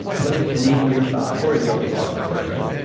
put it beneath your thigh. or a yoga block would work, right?